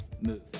move